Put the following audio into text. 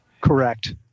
Correct